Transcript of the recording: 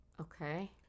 Okay